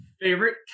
Favorite